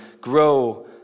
grow